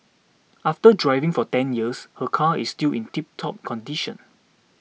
after driving for ten years her car is still in tiptop condition